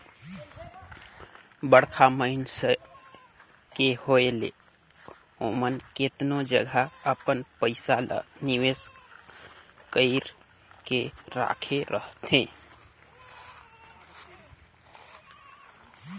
बड़खा मइनसे के होए ले ओमन केतनो जगहा अपन पइसा ल निवेस कइर के राखे रहथें